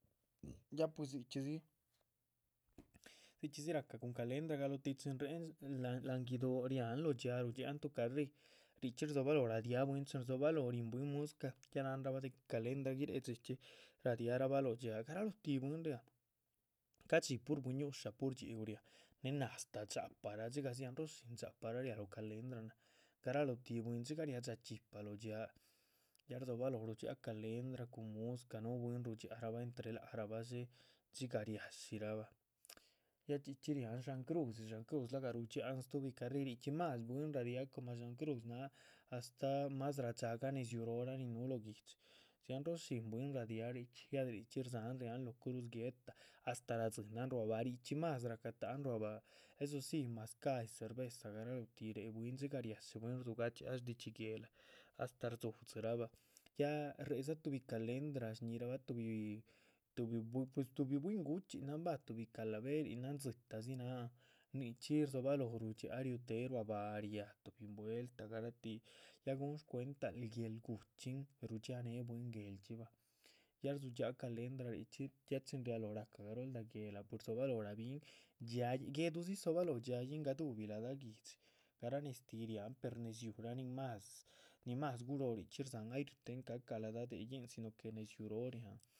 Ya pues dzichxídzi dzichxídzi rahca cun calendra galóh tih chin réhen lan láhan guido´ riáhan lóho dxiáa, ria´gah dhxíahan tuh carríh, richxí rdzobalóho. radiáh bwín chin rdzobaloho ríhin bwín muscah, ya náharanbah de que calendra guiréhe dhxíchxi radiah rabah lóho dhxíaha, garaloh tih bwín riáha, ca´dxi. pur bui´ñusha pur dxhíu riáha, néh náh astáh dxápahraa dxigah dxianróho shín dxápahraa riáha lóho calendra náh, garalóho tih bwín, dxigah riadxa chxipah lóho. dxiáa, ya rdzobalóho rudhxiáha calendra, cun muscah, núhu bwín rudhxiarabah entre lác rahba dxé, dxigah riashí rahba, ya chxí chxí riáhan dxáhan cru´dzi,. dxáhan cru´z láh gah rudhxiáhan stuhbi carríh richxi más bwín radiáha, coma dsháhan cruz náha, astáh mas radxágah nedzíu roorah nin núhu lóho guihdxi, dziahn roo shín. bwín radiáha richxí, ya de richxí rdzáhan riáhan lóh cruz guéehta astáh radzíhinan ruá báha richxí más racatahan ruá báha, eso sí, mazcáhyi cerveza, garalotih réhe bwín. dxigah riashí bwíhin rdzugadxiáha shdidxi guéhla, astáh rdzudzirahbah, ya réhedza tuhbi calendra, nin shñirahba tuhbi tuhbi bwín, pues tuhbi bwín gu´chxináhan bah. tuhbi calaverinahan, dzi´tah dzi náhan, nichxí rdzobalóho rudxiáha riú téhe ruá báha riáah tuhbin vuelta garatih ya gúhun shcuental guéel gu´chxín rudhxianehe bwín. guéhlchxi báh, ya rdzudxiaha calendra richxí ya chin rialóho ra´cah garoldah guéhla pues rdzobaloho rabihin guedudzi dzobalóhon dxiaýihn gaduhubi la´da. guihdxi, garah neztih riáhan per nédziu nin máhas ni máhas guróoh nichxí rdzáhan ay riu tehen ca´cah lada déhyin, si no que nédziu róoh riáhan.